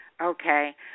okay